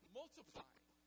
multiplying